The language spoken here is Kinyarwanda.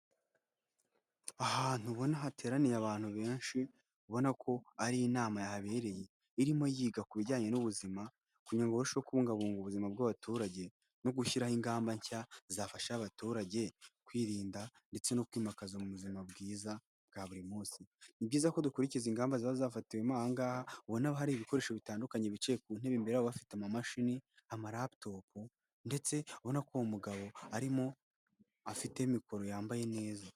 ahantu ubona hateraniye abantu benshi ubona ko ari inama yahabereye irimo yiga ku bijyanye n'ubuzima kugira kugirango ngo irusheho kubungabunga ubuzima bw'abaturage no gushyiraho ingamba nshya zafasha abaturage kwirinda ndetse no kwimakaza mu buzima bwiza bwa buri munsi ni byiza ko dukurikiza ingamba zaba zafatiwemo anhangaha ubonaba hari ibikoresho bitandukanye bicaye ku ntebe imbere bafite amamashini amaraptop ndetse abona ko uwo mugabo arimo afite mikoro yambaye neza